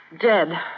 dead